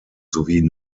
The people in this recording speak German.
sowie